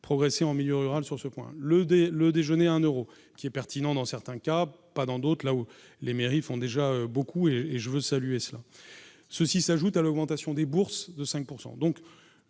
progresser en milieu rural, sur ce point le dès le déjeuner, un Euro qui est pertinent dans certains cas, pas dans d'autres, là où les mairies font déjà beaucoup et je veux saluer cela ceci s'ajoute à l'augmentation des bourses de 5